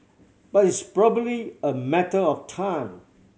but it's probably a matter of time